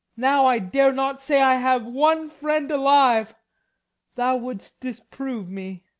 now i dare not say i have one friend alive thou wouldst disprove me.